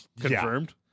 confirmed